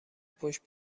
پشت